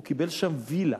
הוא קיבל שם וילה.